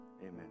amen